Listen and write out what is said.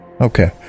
Okay